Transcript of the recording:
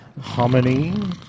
hominy